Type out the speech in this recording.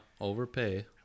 overpay